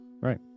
right